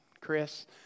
Chris